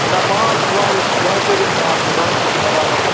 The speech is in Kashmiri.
نہ مال چھُ واریاہ بہتریٖن مال چھُ رَنٛگ تہِ چھُ بَرابَر